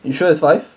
you sure is five